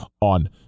on